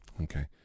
Okay